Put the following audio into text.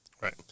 Right